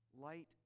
Light